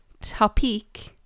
topic